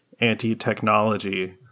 anti-technology